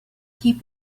keep